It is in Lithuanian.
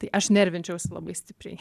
tai aš nervinčiausi labai stipriai